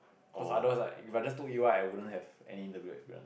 cause otherwise right if I just took E_Y I wouldn't have any interview experience